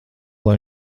lai